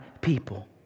people